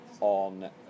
on